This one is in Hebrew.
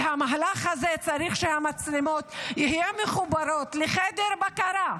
ובמהלך הזה צריך שהמצלמות יהיו מחוברות לחדר בקרה,